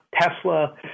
Tesla